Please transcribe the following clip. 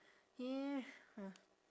yeah uh